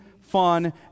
fun